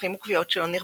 חתכים וכוויות שלא נרפאים,